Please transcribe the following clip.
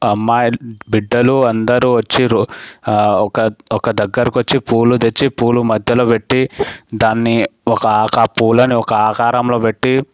అమ్మాయి బిడ్డలు అందరూ వచ్చారు ఒక ఒక దగ్గరకి వచ్చి పూలు తెచ్చి పూలు మధ్యలో పెట్టి దాన్ని ఒక ఆకు పూలను ఒక ఆకారంలో పెట్టి